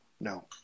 No